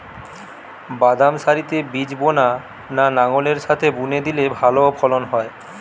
বাদাম সারিতে বীজ বোনা না লাঙ্গলের সাথে বুনে দিলে ভালো ফলন হয়?